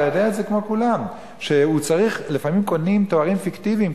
אתה יודע את זה כמו כולם שלפעמים קונים תארים פיקטיביים,